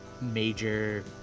major